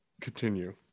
continue